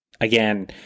again